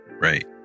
Right